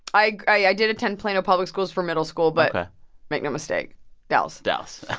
i did attend plano public schools for middle school, but make no mistake dallas dallas